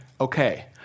okay